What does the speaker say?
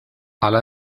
hala